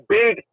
Big